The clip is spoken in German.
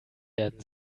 werden